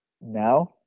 now